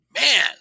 man